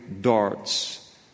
darts